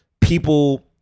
people